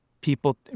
people